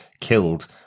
killed